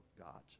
God's